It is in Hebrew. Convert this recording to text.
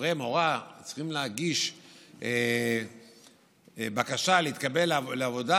מורָה צריכים להגיש בקשה להתקבל לעבודה